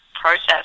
process